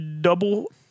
Double